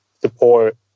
support